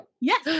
Yes